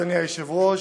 אדוני היושב-ראש,